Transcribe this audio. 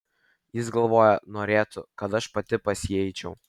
jis galvoja norėtų kad aš pati pas jį eičiau